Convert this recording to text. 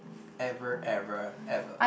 ever ever ever